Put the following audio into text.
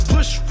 Push